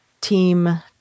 team